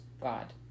God